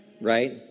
right